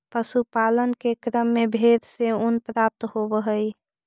पशुपालन के क्रम में भेंड से ऊन प्राप्त होवऽ हई